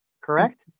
Correct